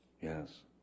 Yes